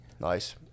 Nice